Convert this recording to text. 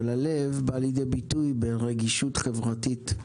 אבל הלב בא לידי ביטוי ברגישות חברתית.